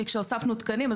כי כשהוספנו תקנים,